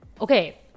Okay